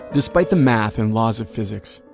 despite the math and laws of physics,